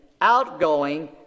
outgoing